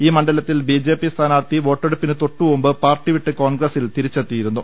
ഈ മണ്ഡലത്തിൽ ബിജെപി സ്ഥാനാർത്ഥി വോട്ടെടുപ്പിന് തൊട്ടുമുമ്പ് പാർട്ടിവിട്ട് കോൺഗ്രസ്സിൽ തിരി ച്ചെത്തിയിരുന്നു